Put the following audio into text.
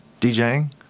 DJing